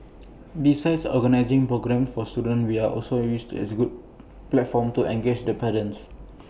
besides organising programmes for students we are also use to as A good platform to engage the parents